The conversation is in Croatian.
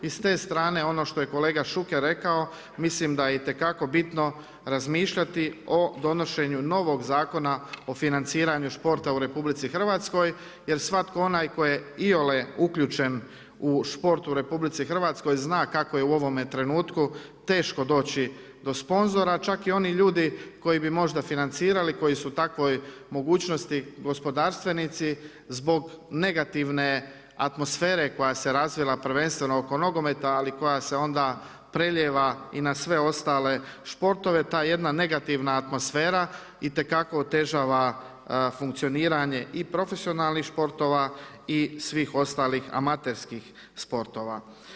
I s te strane ono što je kolega Šuker rekao, mislim da je itekako bitno razmišljati o donošenju novog zakona o financiranju sporta u RH jer svatko onaj tko je iole uključen u sport u RH zna kako je u ovome trenutku teško doći do sponzora, čak i oni ljudi koji bi možda financirali koji su u takvoj mogućnosti gospodarstvenici zbog negativne atmosfere koja se razvila prvenstveno oko nogometa, ali koja se onda prelijeva i na sve ostale sportove ta jedna negativna atmosfera, itekako otežava funkcioniranje i profesionalnih športova i svih ostalih amaterski sportova.